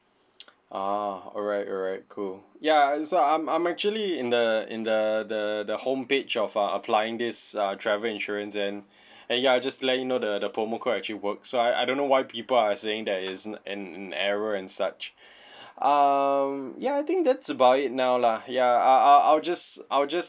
ah alright alright cool ya and so I'm I'm actually in the in the the the homepage of uh applying this uh travel insurance and and ya just to let you know the the promo code actually works so I I don't know why people are saying that isn't an an error and such um ya I think that's about it now lah ya I'll I'll I'll just I'll just